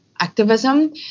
activism